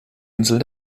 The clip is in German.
insel